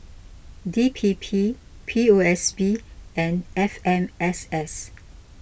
D P P P O S B and F M S S